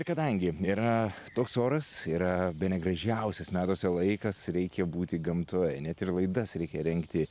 ir kadangi yra toks oras yra bene gražiausias metuose laikas reikia būti gamtoje net ir laidas reikia rengti